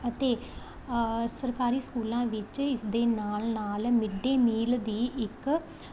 ਅਤੇ ਸਰਕਾਰੀ ਸਕੂਲਾਂ ਵਿੱਚ ਇਸ ਦੇ ਨਾਲ ਨਾਲ ਮਿੱਡ ਡੇ ਮੀਲ ਦੀ ਇੱਕ